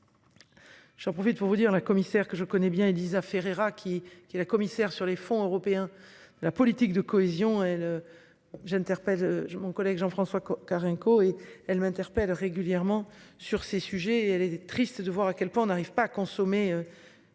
J'en profite pour vous dire la commissaire que je connais bien Élisa Ferreira qui, qui est la commissaire sur les fonds européens. La politique de cohésion, elle. J'interpelle. J'ai mon collègue Jean-François Carenco, et elle m'interpelle régulièrement sur ces sujets et elle est triste de voir à quel point on n'arrive pas à consommer.